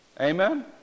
Amen